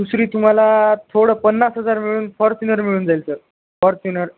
दुसरी तुम्हाला थोडं पन्नास हजार मिळून फॉर्च्युनर मिळून जाईल सर फॉर्च्युनर